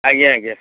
ଆଜ୍ଞା ଆଜ୍ଞା